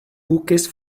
buques